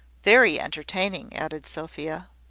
very entertaining, added sophia.